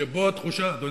שבו, אדוני,